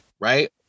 right